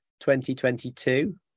2022